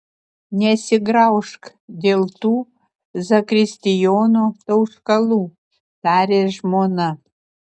nesigraužk dėl tų zakristijono tauškalų tarė žmona